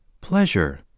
Pleasure